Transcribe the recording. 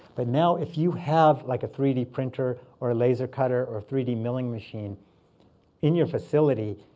but now if you have like a three d printer or a laser cutter or three d milling machine in your facility,